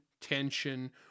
tension